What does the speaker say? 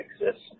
exists